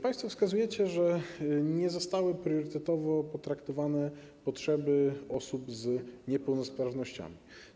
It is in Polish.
Państwo wskazujecie, że nie zostały priorytetowo potraktowane potrzeby osób z niepełnosprawnościami.